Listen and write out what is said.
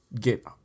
get